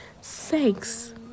sex